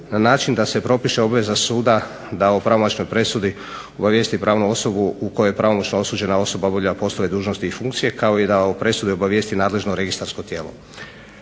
na način da se propiše obveza suda da o pravomoćnoj presudi obavijesti pravnu osobu u kojem je pravomoćna osuđena osoba obavlja poslove dužnosti i funkcije kao da i o presudi obavijesti nadležno registarsko tijelo.